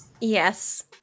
Yes